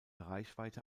reichweite